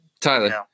Tyler